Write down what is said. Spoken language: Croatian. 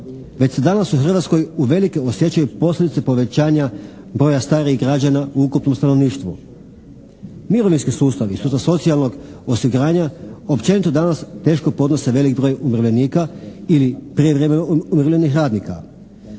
Već se danas u Hrvatskoj uveliko osjećaju posljedice povećanja broja starih građana u ukupnom stanovništvu. Mirovinski sustavi su za socijalnog osiguranja općenito danas teško podnose velik broj umirovljenika ili prijevremeno umirovljenih radnika.